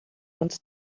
uns